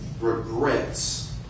regrets